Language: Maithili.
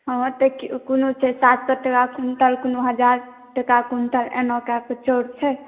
हॅं तऽ कोनो छै सात सए टका क्विण्टल तऽ कोनो छै हजार टका क्विण्टल एना कय कऽ चाउर छै